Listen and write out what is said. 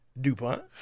DuPont